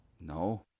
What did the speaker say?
No